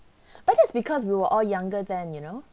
I guess because we were all younger then you know